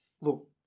look